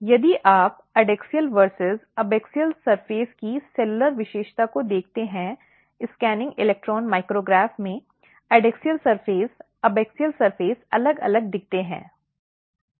यदि आप एडैक्सियल बनाम एबाक्सिअल सतह की सेलुलर विशेषता को देखते हैं स्कैनिंग इलेक्ट्रॉन माइक्रोग्रैफ में एडैक्सियल सतह एबैक्सियल सतह अलग अलग दिखते है